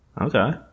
Okay